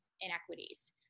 inequities